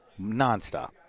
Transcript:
nonstop